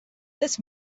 this